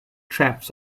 traps